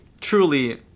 truly